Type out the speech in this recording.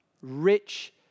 rich